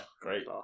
Great